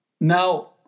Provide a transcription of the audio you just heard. Now